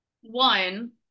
One